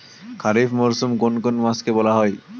খারিফ মরশুম কোন কোন মাসকে বলা হয়?